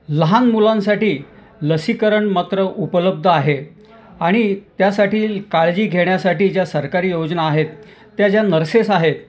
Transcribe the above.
लहान मुलांसाठी लसीकरण मात्र उपलब्ध आहे आणि त्यासाठी काळजी घेण्यासाठी ज्या सरकारी योजना आहेत त्या ज्या नर्सेस आहेत